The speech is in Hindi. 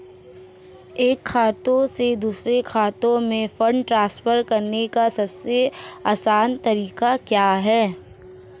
एक खाते से दूसरे खाते में फंड ट्रांसफर करने का सबसे आसान तरीका क्या है?